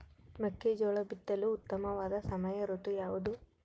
ಮೆಕ್ಕೆಜೋಳ ಬಿತ್ತಲು ಉತ್ತಮವಾದ ಸಮಯ ಋತು ಯಾವುದು?